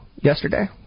yesterday